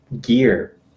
gear